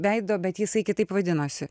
veido bet jisai kitaip vadinosi